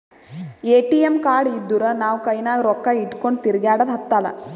ATM card ಇದ್ದೂರ್ ನಾವು ಕೈನಾಗ್ ರೊಕ್ಕಾ ಇಟ್ಗೊಂಡ್ ತಿರ್ಗ್ಯಾಡದ್ ಹತ್ತಲಾ